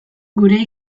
gure